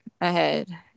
ahead